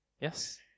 Yes